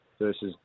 versus